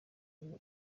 ubu